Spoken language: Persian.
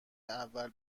اول